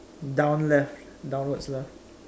down left downwards left